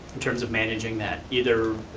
in terms of managing that, either.